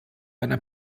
einer